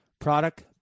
Product